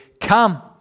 Come